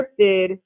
scripted